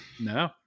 No